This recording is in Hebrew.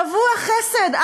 שבוע חסד.